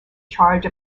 charge